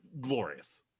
glorious